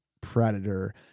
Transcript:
Predator